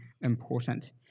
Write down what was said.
important